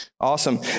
Awesome